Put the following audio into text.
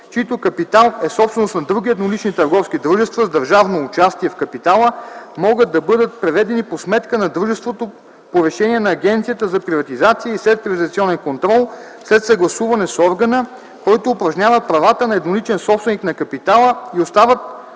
чиито капитал е собственост на други еднолични търговски дружества с държавно участие в капитала, могат да бъдат преведени по сметка на дружеството по решение на Агенцията за приватизация и следприватизационен контрол след съгласуване с органа, който упражнява правата на едноличен собственик на капитала, и остават